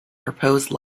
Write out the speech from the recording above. propose